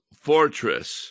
fortress